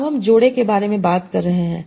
अब हम जोड़े के बारे में बात कर रहे हैं